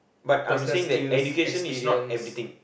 but I'm saying that education is not everything